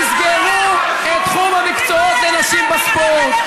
תסגרו את תחום המקצועות לנשים בספורט.